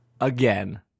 Again